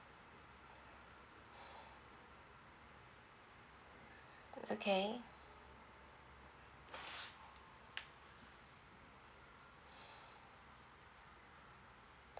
okay